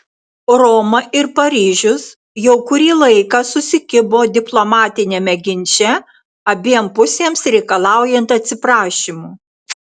roma ir paryžius jau kurį laiką susikibo diplomatiniame ginče abiem pusėms reikalaujant atsiprašymų